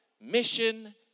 mission